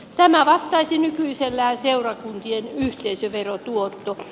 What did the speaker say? tämä vastaisi nykyisellään seurakuntien yhteisöverotuottoa